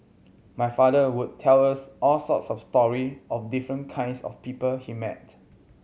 my father would tell us all sorts of story of the different kinds of people he met